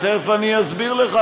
תכף אני אסביר לך.